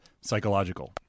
psychological